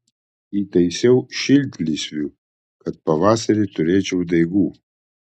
įtaisiau šiltlysvių kad pavasarį turėčiau daigų